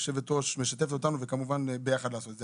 יושבת הראש משתפת אותנו וכמובן נשמח לעשות את זה ביחד.